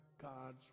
God's